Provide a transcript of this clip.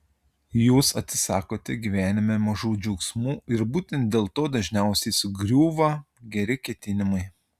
jūs atsisakote gyvenime mažų džiaugsmų ir būtent dėl to dažniausiai sugriūva geri ketinimai